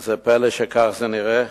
אז פלא שכך זה נראה?